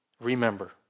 Remember